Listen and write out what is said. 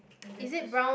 just the suit